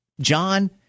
John